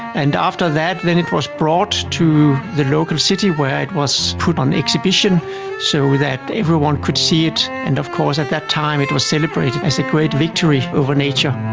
and after that then it was brought to the local city where it was put on exhibition so that everyone could see it. and of course at that time it was celebrated as a great victory over nature.